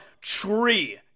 tree